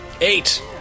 Eight